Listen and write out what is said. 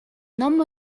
ном